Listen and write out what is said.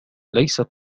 ليست